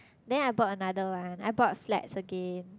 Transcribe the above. then I bought another one I bought flats again